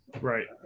Right